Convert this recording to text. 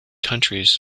countries